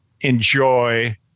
enjoy